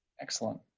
Excellent